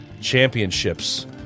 Championships